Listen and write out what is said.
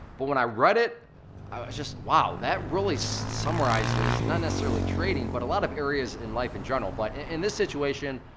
but when i read it, i was just wow. that really so summarizes, not necessarily trading, but a lot of areas in life in general. but in this situation,